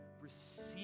receive